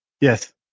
Yes